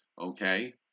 okay